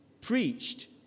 preached